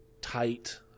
tight